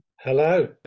Hello